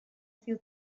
few